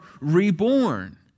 reborn